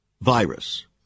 virus